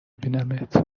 بینمت